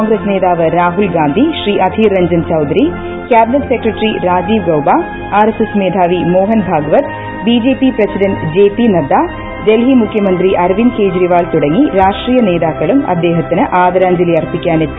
P Nadda Congress നേതാവ് Rahul Gandhi Shri Adhir Ranjan Chowdhury cabinet secretary Rajiv Gauba RSS മേധാവി Mohan Bhagwat BJP president J P Nadda Delhi മുഖ്യമന്ത്രി അരവിന്ദ് കെജ്രിവാൾ തുടങ്ങി രാഷ്ട്രീയ് ്ർന്താക്കളും അദ്ദേഹത്തി ന് ആദരാഞ്ജലി അർപ്പിക്കാനെത്തി